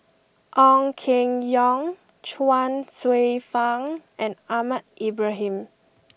Ong Keng Yong Chuang Hsueh Fang and Ahmad Ibrahim